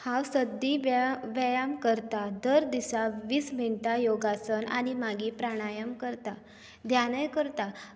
हांव सद्दां व्यायाम करतां दर दिसाक वीस मिनटां योगासन आनी मागीर प्राणायाम करतां ध्यानय करतां